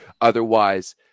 otherwise